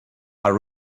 are